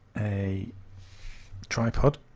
a tripod